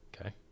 Okay